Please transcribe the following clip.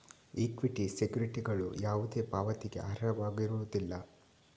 equity ಸೆಕ್ಯುರಿಟಿಗಳು ಯಾವುದೇ ಪಾವತಿಗೆ ಅರ್ಹವಾಗಿರುವುದಿಲ್ಲ